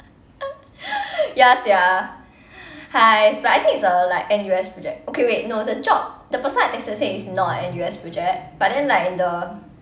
ya sia !hais! but I think it's a like N_U_S project okay wait no the job the person I texted say it's not an N_U_S project but then like in the